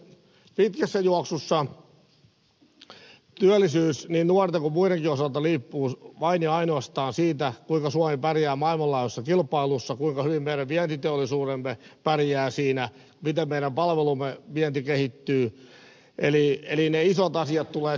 pitkässä juoksussa työllisyys niin nuorten kuin muidenkin osalta riippuu vain ja ainoastaan siitä kuinka suomi pärjää maailmanlaajuisessa kilpailussa kuinka hyvin meidän vientiteollisuutemme pärjää siinä miten meidän palvelujemme vienti kehittyy eli ne isot asiat tulevat silloin vastaan